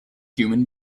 human